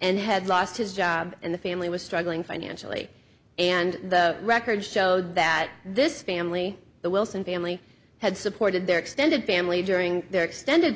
and had lost his job and the family was struggling financially and the records showed that this family the wilson family had supported their extended family during their extended